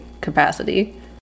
capacity